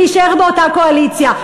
להישאר באותה קואליציה.